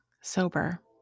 sober